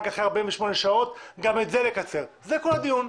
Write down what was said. זה כל הדיון.